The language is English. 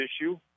issue